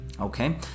Okay